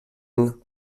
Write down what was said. une